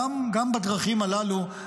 גם בדרכים הללו,